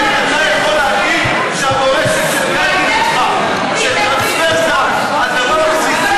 איך אתה יכול להגיד שהמורשת של גנדי ניצחה כשטרנספר זה הדבר הבסיסי,